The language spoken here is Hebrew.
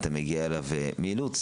אתה מגיע אליו מאילוץ.